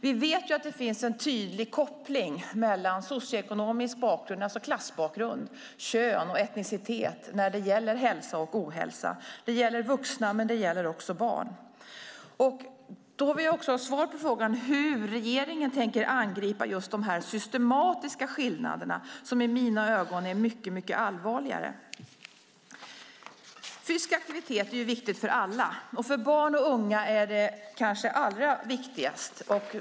Vi vet ju att det finns en tydlig koppling mellan socioekonomisk bakgrund, alltså klassbakgrund, kön och etnicitet när det gäller hälsa och ohälsa. Det gäller vuxna, men det gäller också barn. Jag vill ha svar på frågan hur regeringen tänker angripa just dessa systematiska skillnader, som i mina ögon är mycket allvarligare. Fysisk aktivitet är viktigt för alla, men för barn och unga är det kanske allra viktigast.